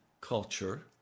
culture